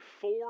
four